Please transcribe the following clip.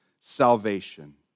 salvation